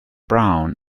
brown